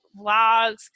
vlogs